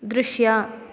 ದೃಶ್ಯ